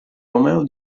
romeo